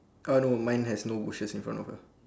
uh no mine has no bushes in front of her